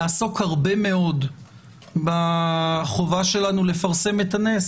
נעסוק הרבה מאוד בחובה שלנו לפרסם את הנס.